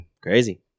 Crazy